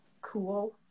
cool